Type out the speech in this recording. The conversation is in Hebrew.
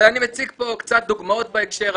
והיום אני מציג קצת דוגמאות בהקשר הזה.